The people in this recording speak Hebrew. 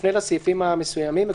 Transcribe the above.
נפנה לסעיפים המסוימים?